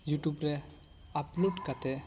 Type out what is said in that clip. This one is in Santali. ᱭᱩᱴᱩᱵᱽ ᱨᱮ ᱟᱯᱞᱚᱰ ᱠᱟᱛᱮ